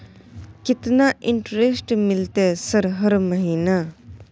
केतना इंटेरेस्ट मिलते सर हर महीना?